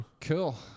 Cool